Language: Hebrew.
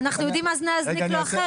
אנחנו יודעים אז להזניק לו אחרת.